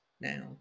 now